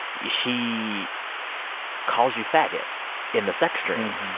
he calls you faggot in the sex dream.